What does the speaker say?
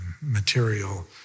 material